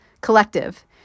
collective